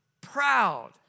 proud